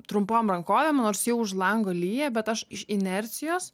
trumpom rankovėm nors jau už lango lyja bet aš iš inercijos